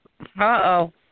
Uh-oh